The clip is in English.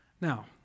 Now